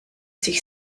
sich